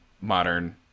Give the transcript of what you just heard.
modern